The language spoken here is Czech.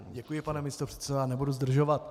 Děkuji, pane místopředsedo, nebudu zdržovat.